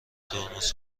ترمز